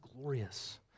glorious